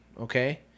okay